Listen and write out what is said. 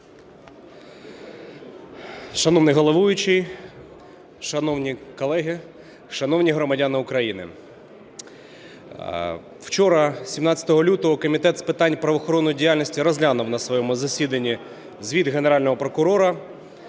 Шановний головуючий, шановні колеги, шановні громадяни України! Вчора, 17 лютого, Комітет з питань правоохоронної діяльності розглянув на своєму засіданні звіт Генерального прокурора.